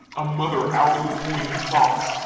a mother hourly coining plots,